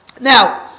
Now